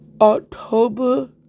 October